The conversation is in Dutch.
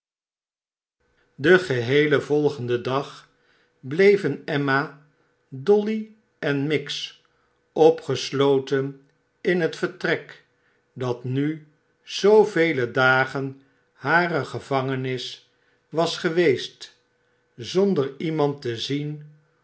den geheelen volgenden dag bleven emma dolly en miggs opgesloten in het vertrek dat nu zoovele dagen hare gevangenis was geweest zonder iemand te zien